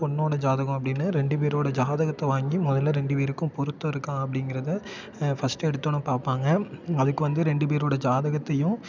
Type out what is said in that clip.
பொண்ணோட ஜாதகம் அப்படின்னு ரெண்டு பேரோட ஜாதகத்தை வாங்கி முதல்ல ரெண்டு பேருக்கும் பொருத்தம் இருக்கா அப்படிங்கறத ஃபஸ்டு எடுத்தோன்னே பார்ப்பாங்க அதுக்கு வந்து ரெண்டு பேரோட ஜாதகத்தையும்